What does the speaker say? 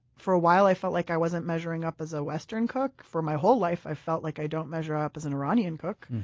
for a while, i felt like i wasn't measuring up as a western cook. for my whole life, i felt like i don't measure up as an iranian cook.